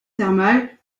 thermales